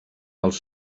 els